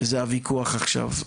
שזה הוויכוח עכשיו,